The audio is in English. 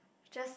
just